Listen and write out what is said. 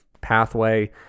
pathway